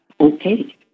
okay